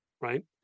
right